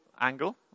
angle